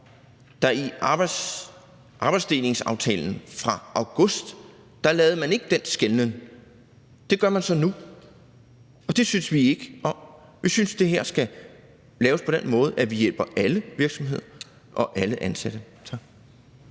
I arbejdsdelingsaftalen fra august lavede man ikke den skelnen, men det gør man så nu, og det synes vi ikke om. Vi synes, at det her skal laves på den måde, at vi hjælper alle virksomheder og alle ansatte.